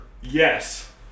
Yes